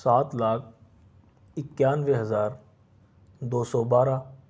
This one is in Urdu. سات لاکھ اکیانوے ہزار دو سو بارہ